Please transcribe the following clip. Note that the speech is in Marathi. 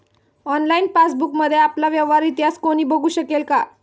ऑनलाइन पासबुकमध्ये आपला व्यवहार इतिहास कोणी बघु शकेल का?